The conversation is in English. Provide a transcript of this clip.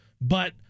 but-